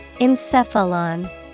Encephalon